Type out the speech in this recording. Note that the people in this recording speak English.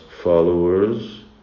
followers